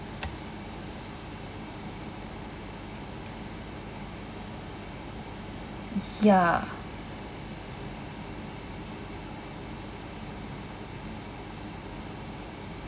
ya